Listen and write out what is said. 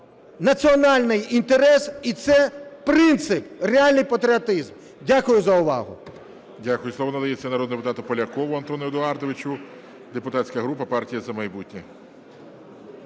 національний інтерес і це принцип, реальний патріотизм. Дякую за увагу.